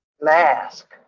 mask